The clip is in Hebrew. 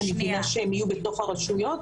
כי אני מבינה שהם יהיו בתוך הרשויות.